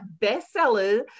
bestseller